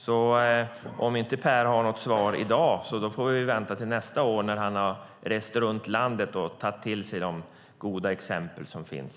Om Per inte har något svar i dag får vi vänta till nästa år när han har rest runt landet och tagit till sig de goda exempel som finns.